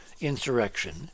insurrection